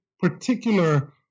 particular